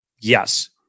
Yes